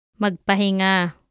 Magpahinga